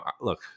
look